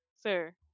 sir